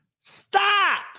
Stop